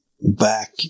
back